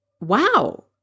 wow